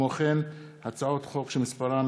כמו כן, הצעות חוק שמספרן